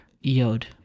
Yod